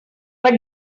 but